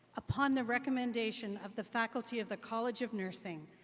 upon the recommendation of the faculty of the college of nursing,